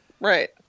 Right